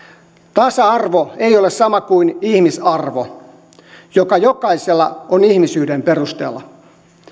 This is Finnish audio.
tasa arvo ei ole sama kuin ihmisarvo joka jokaisella on ihmisyyden perusteella